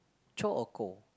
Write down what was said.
chore or chore